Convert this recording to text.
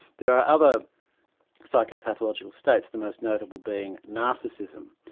there are other psychopathological states, the most notable being narcissism,